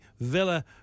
villa